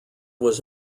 was